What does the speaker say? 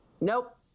Nope